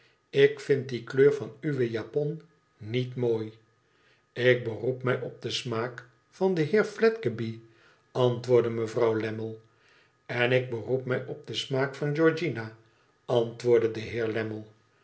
tik vind die kleur van uwe japon niet mool üc beroep mij op den smaak van den heer fledgeby antwoordde mevrouw lammie n ik beroep mij op den smaak van georgiana antwoordde de heer